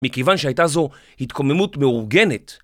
מכיוון שהייתה זו התקוממות מאורגנת.